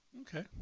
Okay